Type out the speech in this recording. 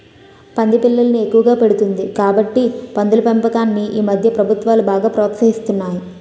పంది పిల్లల్ని ఎక్కువగా పెడుతుంది కాబట్టి పందుల పెంపకాన్ని ఈమధ్య ప్రభుత్వాలు బాగా ప్రోత్సహిస్తున్నాయి